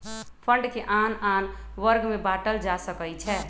fund के आन आन वर्ग में बाटल जा सकइ छै